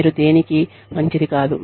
మీరు దేనికీ మంచిది కాదు